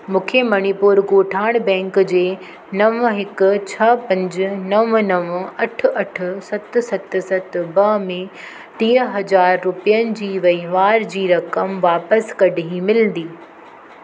मूंखे मणिपुर ॻोठाण बैंक जे नव हिकु छह पंज नव नव अठ अठ सत सत सत ॿ में टीह हज़ार रुपियनि जी वहिंवार जी रक़म वापसि कॾहिं मिलंदी